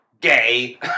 gay